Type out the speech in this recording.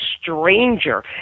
stranger